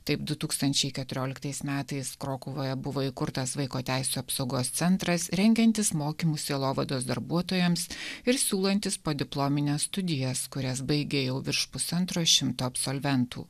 taip du tūkstančiai keturioliktais metais krokuvoje buvo įkurtas vaiko teisių apsaugos centras rengiantis mokymus sielovados darbuotojams ir siūlantis podiplomines studijas kurias baigė jau virš pusantro šimto absolventų